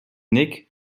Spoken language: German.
nick